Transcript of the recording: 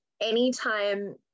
anytime